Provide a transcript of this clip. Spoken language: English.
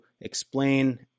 explain